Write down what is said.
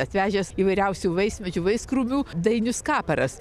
atvežęs įvairiausių vaismedžių vaiskrūmių dainius kaparas